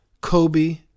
Kobe